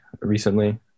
recently